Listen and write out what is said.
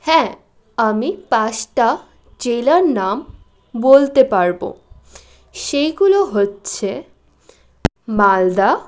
হ্যাঁ আমি পাঁচটা জেলার নাম বলতে পারবো সেইগুলো হচ্ছে মালদা